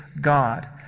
God